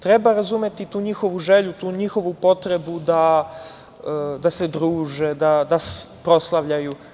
Treba razumeti tu njihovu želju, tu njihovu potrebu da se druže da proslavljaju.